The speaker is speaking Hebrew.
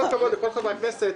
עם כל הכבוד לכל חברי הכנסת,